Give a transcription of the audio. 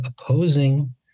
opposing